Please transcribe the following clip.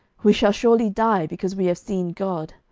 we shall surely die, because we have seen god.